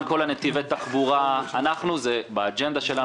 גם כל נתיבי התחבורה זה באג'נדה שלנו.